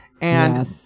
and-